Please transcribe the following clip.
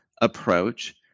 approach